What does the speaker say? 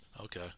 Okay